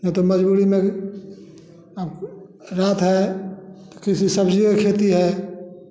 नहीं तो मजबूरी में रात है किसी सब्ज़ी की खेती है